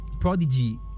prodigy